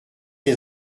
des